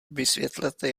vysvětlete